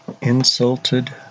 insulted